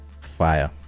fire